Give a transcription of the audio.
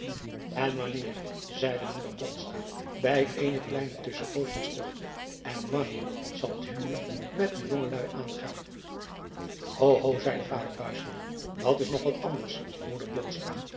n wanneer zeide moeder bij eene kleine tusschenpoos van stilte en wanneer zal het huwelijk met de jongeluî aangaan o ho zeide vader dat is nog wat anders moeder